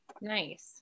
Nice